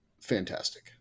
fantastic